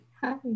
Hi